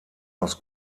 aus